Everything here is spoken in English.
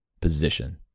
position